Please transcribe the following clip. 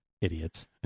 idiots